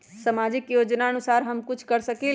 सामाजिक योजनानुसार हम कुछ कर सकील?